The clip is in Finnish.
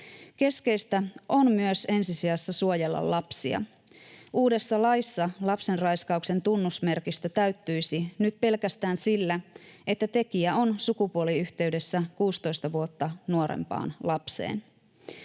Keskeistä on myös ensi sijassa suojella lapsia. Uudessa laissa lapsenraiskauksen tunnusmerkistö täyttyisi nyt pelkästään sillä, että tekijä on sukupuoliyhteydessä 16 vuotta nuorempaan lapseen.